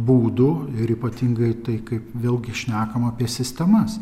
būdu ir ypatingai tai kaip vėlgi šnekame apie sistemas